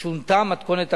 שונתה מתכונת הפרסום,